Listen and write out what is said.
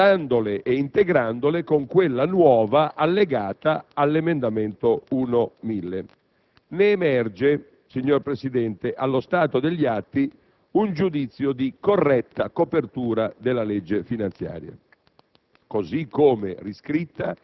confrontandole e integrandole con quella nuova allegata all'emendamento 1.1000. Ne emerge, signor Presidente, allo stato degli atti, un giudizio di corretta copertura della legge finanziaria,